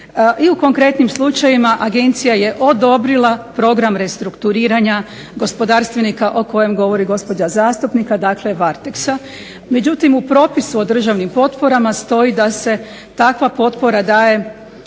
I u konkretnim slučajevima agencija je odobrila program restrukturiranja gospodarstvenika o kojem govori gospođa zastupnica, dakle Varteksa. Međutim, u propisu o državnim potporama stoji da se takva potpora daje